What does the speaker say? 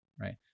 right